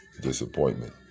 disappointment